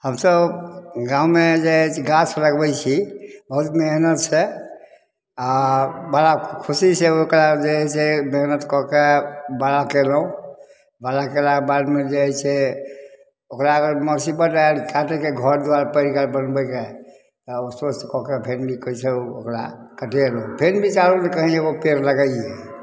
हमसभ गाँवमे जे अछि गाछ लगबै छी बहुत मेहनत सँ आ बड़ा खुशी से ओकरा जे हइ से मेहनत कऽ कऽ बड़ा केलहुॅं बड़ा केलाके बादमे जे हइ से ओकरा अगर मौसिबत काटैके घर दुआरि पड़ि गेल बनबैके तऽ ओ स्वस्थ्य कऽ कऽ फेर नीकसँ ओकरा कटेलौ फेन बिचारलहुॅं कही एगो पेड़ लगा ली